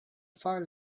far